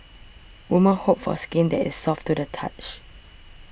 women hope for skin that is soft to the touch